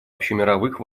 общемировых